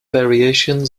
variation